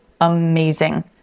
amazing